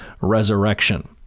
resurrection